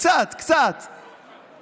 קצת, קצת, לפחות,